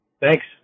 thanks